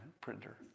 printer